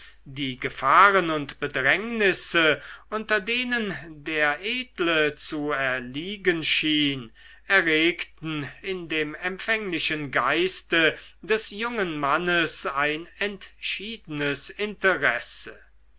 die gefahren und bedrängnisse unter denen der edle zu erliegen schien erregten in dem empfänglichen geiste des jungen mannes ein entschiedenes interesse